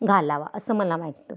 घालावा असं मला वाटतं